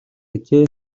гэжээ